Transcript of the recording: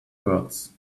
words